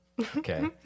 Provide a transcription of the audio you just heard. Okay